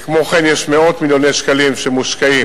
כמו כן, יש מאות מיליוני שקלים שמושקעים